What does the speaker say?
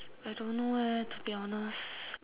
I don't know leh to be honest